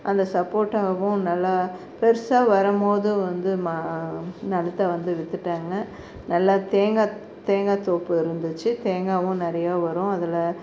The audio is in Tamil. அந்த சப்போட்டாவும் நல்லா பெருசாக வரும் போது வந்து ம நிலத்த வந்து விற்றுட்டாங்க நல்லா தேங்காய் தேங்காய் தோப்பு இருந்துச்சு தேங்காவும் நிறையா வரும் அதில்